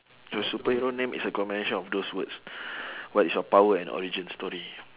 your superhero name is a combination of those words what is your power and origin story